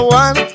one